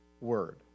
word